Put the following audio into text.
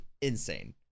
insane